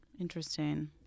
Interesting